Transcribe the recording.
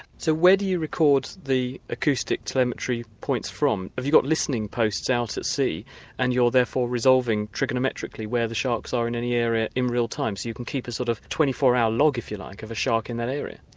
so where do you record the acoustic telemetry points from? have you got listening posts out at sea and you're therefore resolving trigonometrically where the sharks are in any area in real time so you can keep a sort of twenty four hour log if you like, of a shark in that area?